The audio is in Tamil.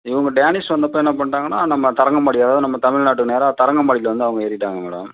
இவங்க டேனிஷ் வந்தப்போ என்ன பண்ணிட்டாங்ன்னா நம்ம தரங்கம்பாடி அதாவது நம்ம தமிழ் நாட்டு நேராக தரங்கம்பாடியில் வந்து அவங்க ஏறிவிட்டாங்க மேடம்